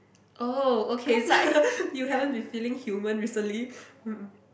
oh okay so you haven't been feeling human recently